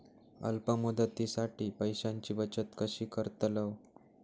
अल्प मुदतीसाठी पैशांची बचत कशी करतलव?